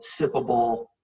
sippable